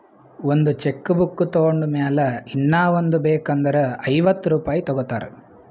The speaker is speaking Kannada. ಒಂದ್ ಚೆಕ್ ಬುಕ್ ತೊಂಡ್ ಮ್ಯಾಲ ಇನ್ನಾ ಒಂದ್ ಬೇಕ್ ಅಂದುರ್ ಐವತ್ತ ರುಪಾಯಿ ತಗೋತಾರ್